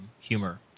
humor